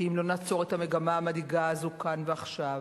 כי אם לא נעצור את המגמה המדאיגה הזאת כאן ועכשיו,